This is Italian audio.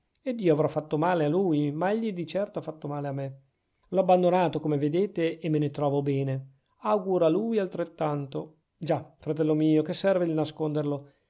ed io avrò fatto male a lui ma egli di certo ha fatto male a me l'ho abbandonato come vedete e me ne trovo bene auguro a lui altrettanto già fratello mio che serve il nasconderlo